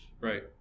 Right